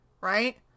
right